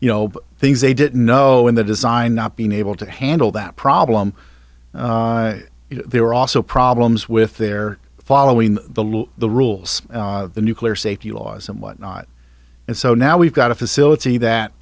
you know things they didn't know in the design not being able to handle that problem there were also problems with their following the law the rules the nuclear safety laws and whatnot and so now we've got a facility that